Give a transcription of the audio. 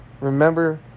remember